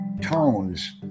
tones